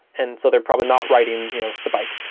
and so they're probably not riding you know the bike.